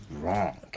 wrong